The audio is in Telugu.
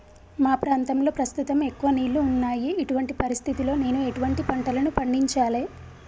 మా ప్రాంతంలో ప్రస్తుతం ఎక్కువ నీళ్లు ఉన్నాయి, ఇటువంటి పరిస్థితిలో నేను ఎటువంటి పంటలను పండించాలే?